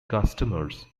customers